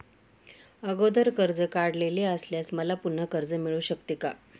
अगोदर कर्ज काढलेले असल्यास मला पुन्हा कर्ज मिळू शकते का?